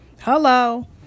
Hello